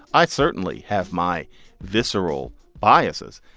i certainly have my visceral biases.